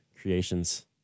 creations